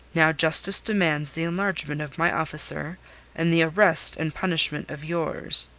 now justice demands the enlargement of my officer and the arrest and punishment of yours.